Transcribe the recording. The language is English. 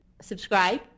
subscribe